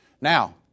Now